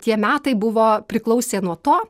tie metai buvo priklausė nuo to